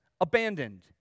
abandoned